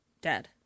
Dead